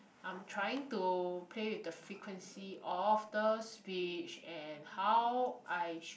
I'm trying to play with the frequency of the speech and how I should